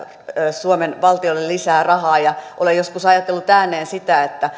suomen valtiolle lisää rahaa olen joskus ajatellut ääneen sitä